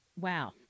wow